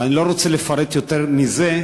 ואני לא רוצה לפרט יותר מזה,